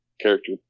character